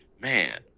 man